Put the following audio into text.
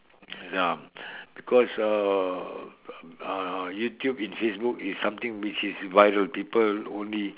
ya because uh uh YouTube and Facebook is something which is viral people only